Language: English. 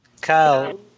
Kyle